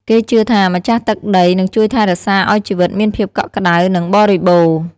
គេជឿថា ម្ចាស់ទឹកដីនឹងជួយថែរក្សាឲ្យជីវិតមានភាពកក់ក្តៅ និងបរិបូរណ៍។